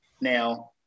now